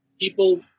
people